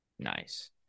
Nice